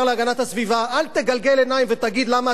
אל תגלגל עיניים ותגיד למה אתם צריכים להמשיך.